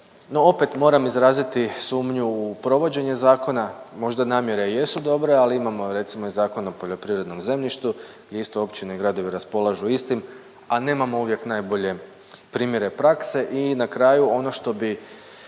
opet moram izraziti sumnju u provođenje zakona, možda namjere jesu dobre ali imamo recimo i Zakon o poljoprivrednom zemljištu gdje isto općine i gradovi raspolažu istim, a nemamo uvijek najbolje primjere prakse ili na kraju ono što bi